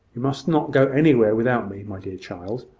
you must not go anywhere without me, my dear child.